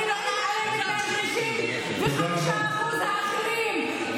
אני לא מתעלמת מ-35% האחרים.